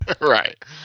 Right